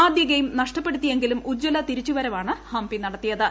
ആദ്യ ഗെയിം നഷ്ടപ്പെടുത്തിയെങ്കിലും ഉജ്ജല തിരിച്ചുവരവാണ് ഹംപി നടത്തിയത്